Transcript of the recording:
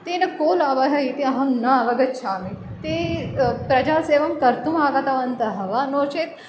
तेन को लाभः इति अहं न अवगच्छामि ते प्रजासेवां कर्तुम् आगतवन्तः वा नो चेत्